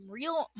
real